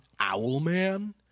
Owlman